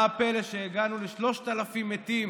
מה הפלא שהגענו ל-3,000 מתים